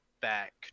back